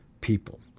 people